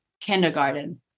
kindergarten